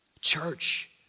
Church